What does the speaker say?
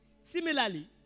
Similarly